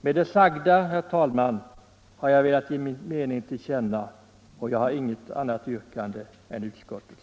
Med det sagda, herr talman, har jag velat ge min mening till känna, och jag har inget annat yrkande än utskottets.